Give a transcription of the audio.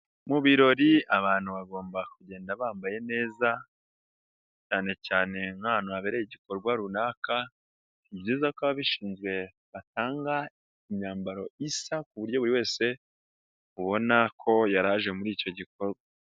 Mu birori abantu bagomba kugenda bambaye neza, cyane cyane nk'ahantu habereye igikorwa runaka, ni byiza ko ababishinzwe batanga imyambaro isa ku buryo buri wese ubona ko yari aje muri icyo gikorwa.